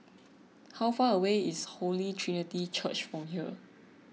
how far away is Holy Trinity Church from here